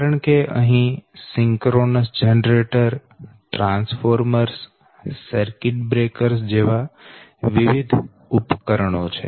કારણ કે અહી synchronous generator transformers circuit breakers જેવા વિવિધ ઉપકરણો છે